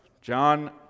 john